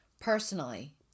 personally